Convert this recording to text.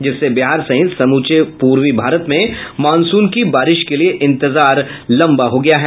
जिससे बिहार सहित समूचे पूर्वी भारत में मॉनसून की बारिश के लिये इंतेजार लंबा हो गया है